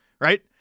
right